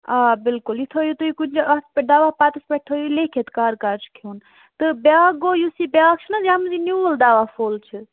آ بِلکُل یہِ تھٲوِو تُہۍ کُنہِ اَتھ دوا پَتس پٮ۪ٹھ تھٲوِو لیٖکھِتھ کَر کَر چھُ کھیٚون تہٕ بیٛاکھ گوٚو یُس یہِ بیٛاکھ چھُ نا یَتھ منٛز یہِ نِیٛوٗل دوا فول چھُ